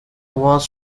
was